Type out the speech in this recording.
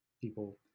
people